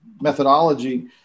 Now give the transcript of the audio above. methodology